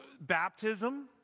baptism